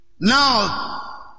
Now